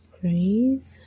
breathe